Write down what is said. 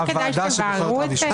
לא כדאי שתבהירו את זה?